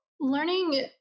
Learning